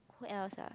who else ah